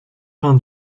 vingt